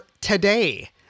today